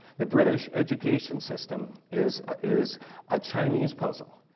the british education system is is a chinese puzzle,